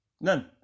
None